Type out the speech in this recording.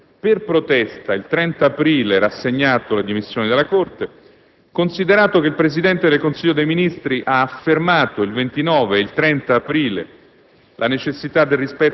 per protesta, il 30 aprile rassegnato le dimissioni dalla Corte; considerato che il Presidente del Consiglio dei Ministri ha affermato il 29 ed il 30 aprile